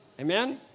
Amen